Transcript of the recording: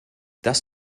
das